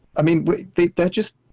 i mean, they're just,